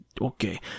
okay